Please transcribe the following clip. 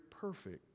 perfect